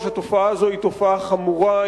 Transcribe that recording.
התופעה הזו היא תופעה חמורה,